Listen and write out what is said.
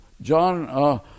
John